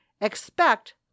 expect